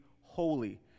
holy